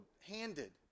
handed